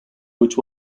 which